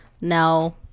no